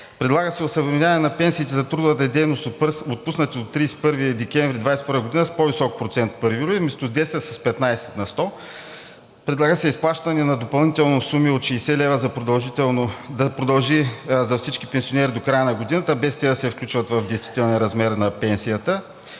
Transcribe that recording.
Предлага се осъвременяване на пенсиите за трудова дейност, отпуснати до 31 декември 2021 г., с по-висок процент от 1 юли – вместо с 10, с 15 на сто. Предлага се изплащането на допълнителни суми от 60 лв. да продължи за всички пенсионери до края на годината, без те да се включват в действителния размер на пенсията.